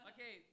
Okay